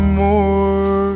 more